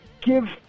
give